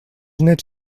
néts